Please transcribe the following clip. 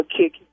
kick